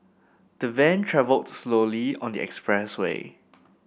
the van travelled slowly on the expressway